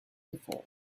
before